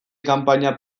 kanpaina